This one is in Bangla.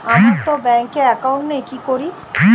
আমারতো ব্যাংকে একাউন্ট নেই কি করি?